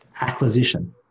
acquisition